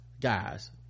guys